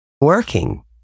working